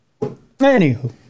anywho